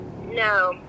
No